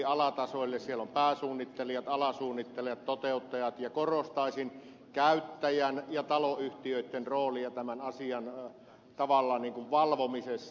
siellä on pääsuunnittelijat alasuunnittelijat toteuttajat ja korostaisin käyttäjän ja taloyhtiöitten roolia tämän asian tavallaan niin kuin valvomisessa